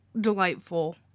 delightful